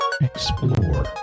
Explore